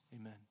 Amen